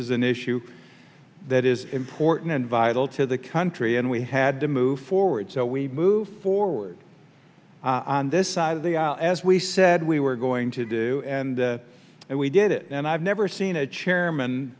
is an issue that is important and vital to the country and we had to move forward so we move forward on this side of the aisle as we said we were going to do and we did it and i've never seen a chairman